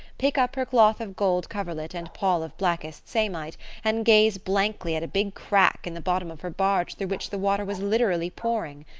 pick up her cloth of gold coverlet and pall of blackest samite and gaze blankly at a big crack in the bottom of her barge through which the water was literally pouring.